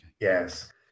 Yes